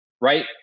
Right